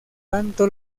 tanto